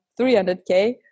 300K